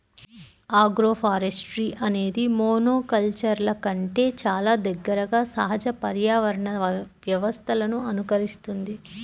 agroforestry అనేది మోనోకల్చర్ల కంటే చాలా దగ్గరగా సహజ పర్యావరణ వ్యవస్థలను అనుకరిస్తుంది